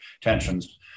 tensions